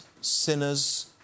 sinners